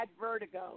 vertigo